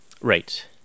Right